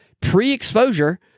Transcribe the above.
pre-exposure